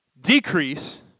decrease